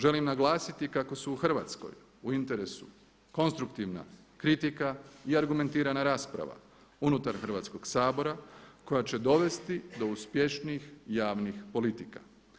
Želim naglasiti kako su u Hrvatskoj u interesu konstruktivna kritika i argumentirana rasprava unutar Hrvatskog sabora koja će dovesti do uspješnijih javnih politika.